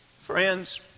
Friends